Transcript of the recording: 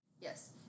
Yes